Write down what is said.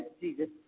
Jesus